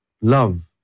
love